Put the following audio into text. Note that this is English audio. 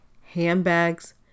handbags